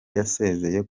yasezeye